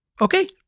Okay